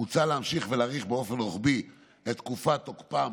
מוצע להמשיך ולהאריך באופן רוחבי את תקופת תוקפם